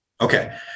okay